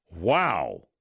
Wow